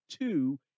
two